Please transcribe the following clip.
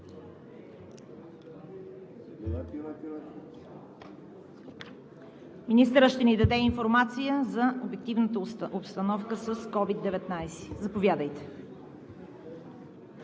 Министърът ще ни даде информация за обективната обстановка с COVID-19. Заповядайте.